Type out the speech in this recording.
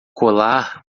colar